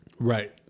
Right